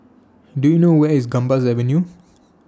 Do YOU know Where IS Gambas Avenue